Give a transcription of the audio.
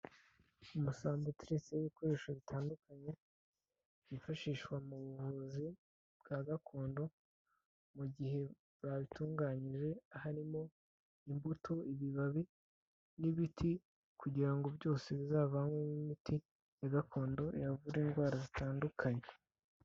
Umusambi uteretse ibikoresho bitandukanye byifashishwa mu buvuzi bwa gakondo mu gihe babitunganyije, harimo imbuto, ibibabi n'ibiti kugira ngo byose bizavanywemo imiti ya gakondo yavura indwara zitandukanye.